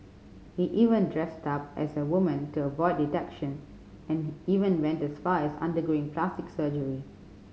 he even dressed up as a woman to avoid detection and he even went as far as undergoing plastic surgery